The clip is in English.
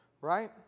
right